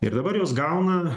ir dabar jos gauna